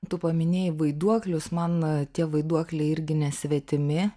tu paminėjai vaiduoklius man tie vaiduokliai irgi nesvetimi